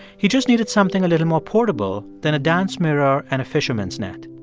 he just needed something a little more portable than a dance mirror and a fisherman's net.